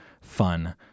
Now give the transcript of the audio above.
fun